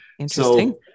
Interesting